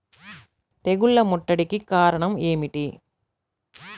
తెగుళ్ల ముట్టడికి కారణం ఏమిటి?